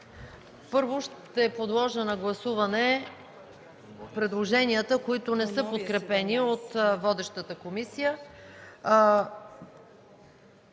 Първо, ще подложа на гласуване предложенията, които не са подкрепени от водещата комисия.